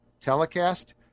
telecast